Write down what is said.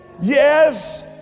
yes